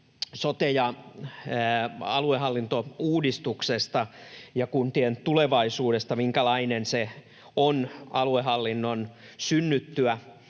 sote- ja aluehallintouudistuksesta ja kuntien tulevaisuudesta — minkälainen se on aluehallinnon synnyttyä,